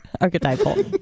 Archetypal